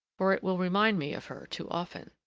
for it will remind me of her too often.